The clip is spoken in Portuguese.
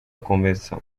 convenção